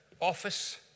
office